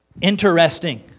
Interesting